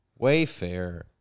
Wayfair